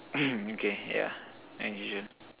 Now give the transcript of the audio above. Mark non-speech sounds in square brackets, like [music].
[coughs] okay yeah unusual